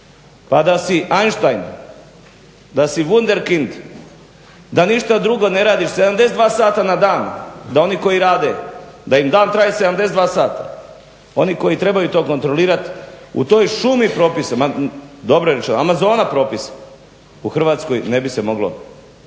Pa da si Einstein, da si wunderkind, da ništa drugo ne radiš 72 sata na dan da oni koji rade da im dan traje 72 sata oni koji trebaju to kontrolirati u toj šumi propisa, ma dobro je rečeno Amazona propisa u Hrvatskoj ne bi se moglo